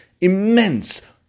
immense